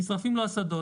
שנשרפים לו השדות,